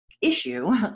issue